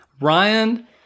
Ryan